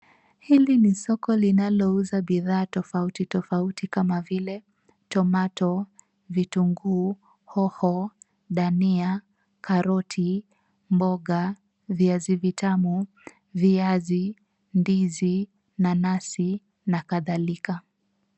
Hili ni soko linalouza bidhaa tofauti tofauti kama vile tomato ,vitunguu, hoho, dania, karoti, mboga, viazi vitamu, viazi, ndizi, nanasi na kadhalika.